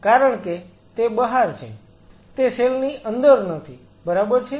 કારણ કે તે બહાર છે તે સેલ ની અંદર નથી બરાબર છે